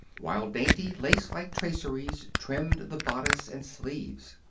while dainty lace-like traceries trimmed the bodice and sleeves.